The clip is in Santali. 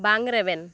ᱵᱟᱝ ᱨᱮᱵᱮᱱ